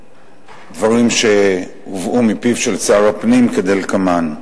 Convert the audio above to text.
דברים שהובאו מפיו של שר הפנים, כדלקמן: